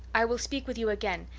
i will speak with you again,